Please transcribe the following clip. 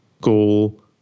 goal